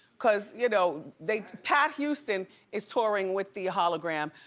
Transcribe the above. cause you know they, pat houston is touring with the hologram.